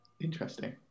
Interesting